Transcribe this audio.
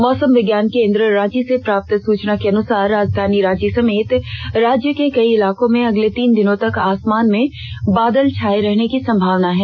मौसम विज्ञान केन्द्र रांची से प्राप्त सूचना के अनुसार राजधानी रांची समेत राज्य के कई इलाकों में अगले तीन दिनों तक आसमान में बादल छाये रहने की संभावना है